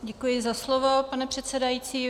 Děkuji za slovo, pane předsedající.